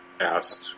asked